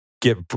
get